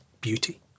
beauty